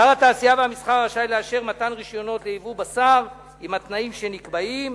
שר התעשייה והמסחר רשאי לאשר מתן רשיונות לייבוא בשר עם התנאים שנקבעים.